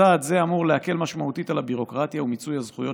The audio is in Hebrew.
צעד זה אמור להקל משמעותית על הביורוקרטיה ומיצוי הזכויות